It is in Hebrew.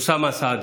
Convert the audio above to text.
אוסאמה סעדי,